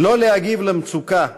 "לא להגיב למצוקה,